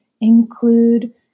include